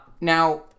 now